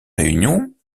réunions